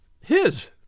His